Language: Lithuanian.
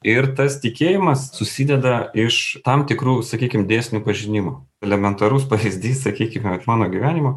ir tas tikėjimas susideda iš tam tikrų sakykim dėsnių pažinimo elementarus pavyzdys sakykime iš mano gyvenimo